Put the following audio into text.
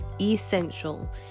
essential